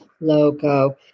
logo